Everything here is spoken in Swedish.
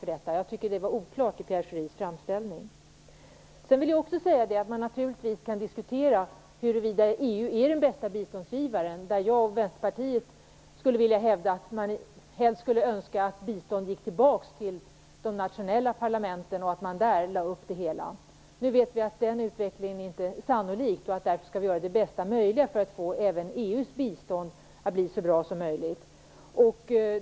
Jag tycker att det var oklart i Pierre Schoris framställning. Sedan vill också säga att man naturligtvis kan diskutera huruvida EU är den bästa biståndsgivaren. Jag och Vänsterpartiet skulle helst önska att biståndsområdet gick tillbaka till de nationella parlamenten och att man där lade upp det hela. Nu vet vi att den utvecklingen inte är sannolik. Därför skall vi göra det bästa möjliga för att även EU:s bistånd blir så bra som möjligt.